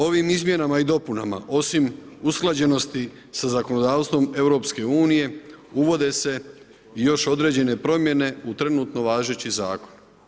Ovim izmjenama i dopunama osim usklađenosti sa zakonodavstvom EU uvode se još određene promjene u trenutno važeći Zakon.